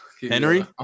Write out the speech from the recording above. Henry